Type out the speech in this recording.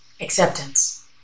Acceptance